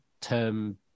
term